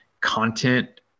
content